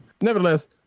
Nevertheless